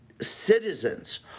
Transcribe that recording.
citizens